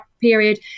period